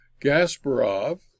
Gasparov